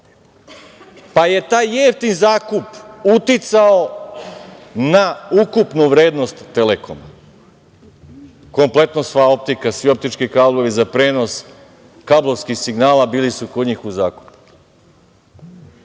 pa je taj jeftin zakup uticao na ukupnu vrednost Telekoma, kompletno sva optika, svi optički kablovi za prenos kablovskih signala bili su kod njih u zakupu.